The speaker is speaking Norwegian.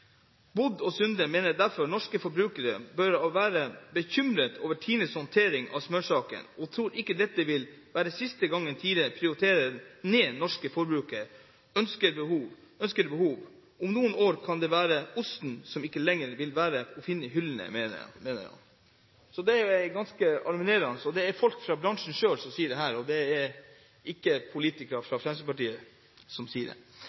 og Sunde mener derfor norske forbrukere bør være bekymret over Tines håndtering av smørsaken, og tror ikke dette vil være siste gangen Tine prioriterer ned norske forbrukeres ønsker og behov. Om noen år kan det være osten som ikke lenger vil være å finne i hyllene, mener de.» Det er ganske alarmerende, og det er folk fra bransjen selv som sier dette, det er ikke politikere fra Fremskrittspartiet som sier det.